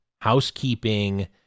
housekeeping